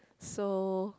so